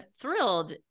thrilled